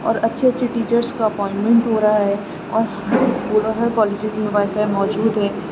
اور اچھے اچھے ٹیچرس کا اپائنمنٹ ہو رہا ہے اور ہر اسکولوں میں کالجز میں وائی فائی موجود ہے